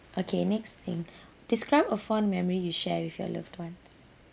okay next thing describe a fond memory you share with your loved ones